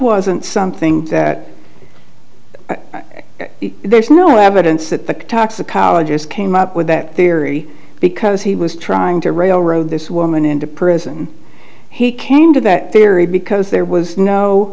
wasn't something that there's no evidence that the toxicologist came up with that theory because he was trying to railroad this woman into prison he came to that theory because there was no